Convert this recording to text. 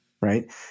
Right